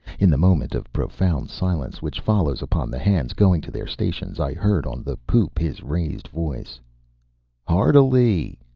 in the moment of profound silence which follows upon the hands going to their stations i heard on the poop his raised voice hard alee!